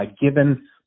given